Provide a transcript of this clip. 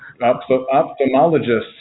ophthalmologists